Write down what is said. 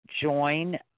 join